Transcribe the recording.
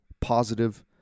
positive